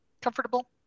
comfortable